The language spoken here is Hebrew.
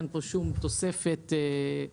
אין פה שום תוספת חיוב,